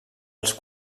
els